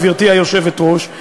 גברתי היושבת-ראש,